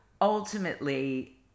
ultimately